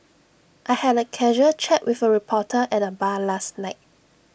I had A casual chat with A reporter at the bar last night